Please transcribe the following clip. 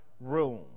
room